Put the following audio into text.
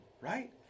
Right